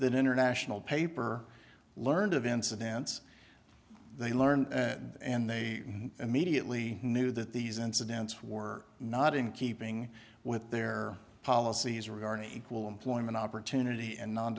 that international paper learned of incidents they learned and they immediately knew that these incidents were not in keeping with their policies regarding equal employment opportunity and